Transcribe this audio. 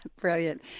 Brilliant